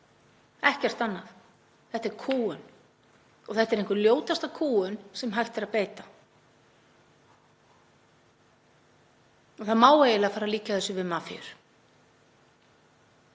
ekkert annað. Þetta er kúgun og þetta er einhver ljótasta kúgun sem hægt er að beita. Það má eiginlega líkja þessu við mafíur.